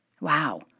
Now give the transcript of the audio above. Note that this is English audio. Wow